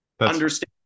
understand